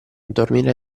dormire